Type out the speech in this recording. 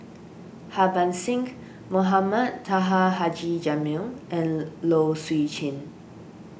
Harbans Singh Mohamed Taha Haji Jamil and Low Swee Chen